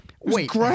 Wait